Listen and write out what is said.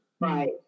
Right